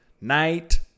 night